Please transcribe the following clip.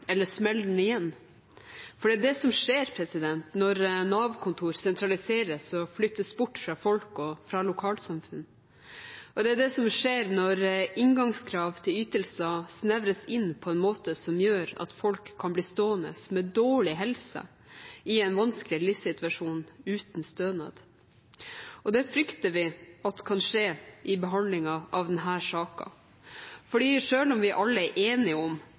eller smelle den igjen. For det er det som skjer når Nav-kontor sentraliseres og flyttes bort fra folk og fra lokalsamfunn. Det er det som skjer når inngangskrav til ytelser snevres inn på en måte som gjør at folk kan bli stående med dårlig helse i en vanskelig livssituasjon uten stønad. Det frykter vi kan skje i behandlingen av denne saken, for selv om vi alle er enige om